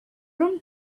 room